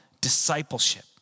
discipleship